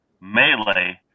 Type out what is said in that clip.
melee